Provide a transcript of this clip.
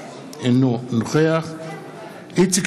אינו נוכח איציק